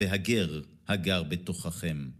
והגר הגר בתוככם.